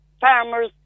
farmers